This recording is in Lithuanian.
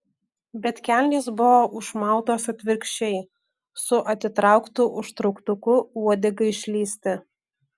bet kelnės buvo užmautos atvirkščiai su atitrauktu užtrauktuku uodegai išlįsti